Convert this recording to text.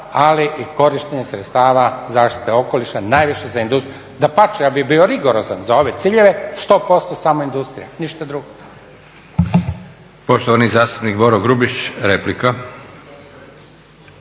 ali i korištenje sredstava zaštite okoliša najviše za industriju. Dapače, ja bih bio rigorozan za ove ciljeve, sto posto samo industrija, ništa drugo.